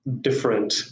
different